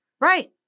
right